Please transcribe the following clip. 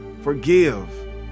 Forgive